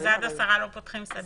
עד 10 לא פותחים סדנה?